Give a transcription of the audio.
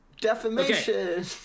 Defamation